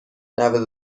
نود